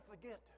forget